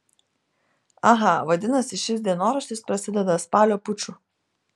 aha vadinasi šis dienoraštis prasideda spalio puču